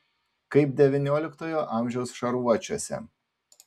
kaip devynioliktojo amžiaus šarvuočiuose